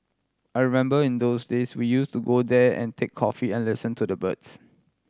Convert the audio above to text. I remember in those days we use to go there and take coffee and listen to the birds